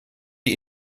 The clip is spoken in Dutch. die